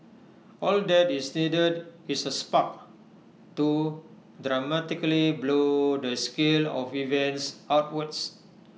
all that is needed is A spark to dramatically blow the scale of events outwards